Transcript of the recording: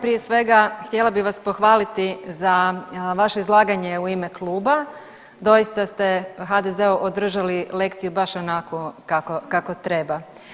Prije svega htjela bih vas pohvaliti za vaše izlaganje u ime kluba, doista ste HDZ-u održali lekciju baš onako kako treba.